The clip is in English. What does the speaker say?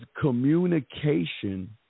communication